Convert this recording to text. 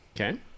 Okay